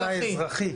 האזרחי,